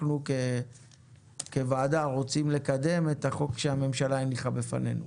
אנחנו כוועדה רוצים לקדם את החוק שהממשלה הניחה בפנינו.